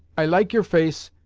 i like your face,